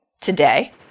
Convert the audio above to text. today